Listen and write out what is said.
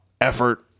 effort